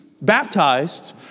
baptized